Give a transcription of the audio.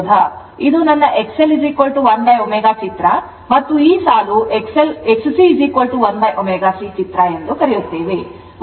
ಇದು ನನ್ನ XL l ω ಚಿತ್ರ ಮತ್ತು ಈ ಸಾಲು XC 1ω C ಚಿತ್ರ ಎಂದು ಕರೆಯುತ್ತೇವೆ ಮತ್ತು ಈ ಡ್ಯಾಶ್ ಲೈನ್ R ಪ್ರತಿರೋಧವಾಗಿದೆ